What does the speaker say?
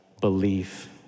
belief